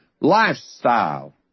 lifestyle